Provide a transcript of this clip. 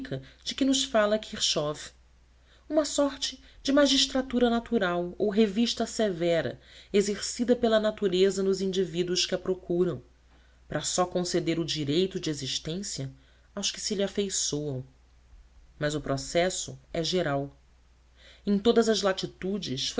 de que nos fala kirchhoff uma sorte de magistratura natural ou revista severa exercida pela natureza nos indivíduos que a procuram para só conceder o direito da existência aos que se lhe afeiçoam mas o processo é geral em todas as latitudes